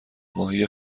ماهی